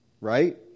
Right